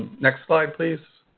next slide, please.